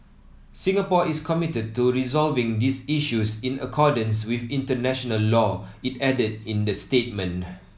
Singapore is committed to resolving these issues in accordance with international law it added in the statement